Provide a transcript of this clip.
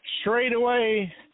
straightaway